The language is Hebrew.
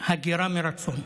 "הגירה מרצון".